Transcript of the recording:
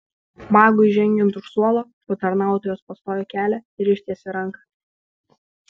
magui žengiant už suolo patarnautojas pastojo kelią ir ištiesė ranką